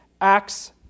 acts